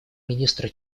министра